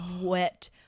wet